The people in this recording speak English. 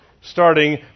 starting